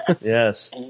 Yes